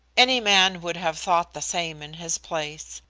any man would have thought the same in his place.